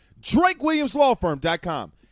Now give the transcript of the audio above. drakewilliamslawfirm.com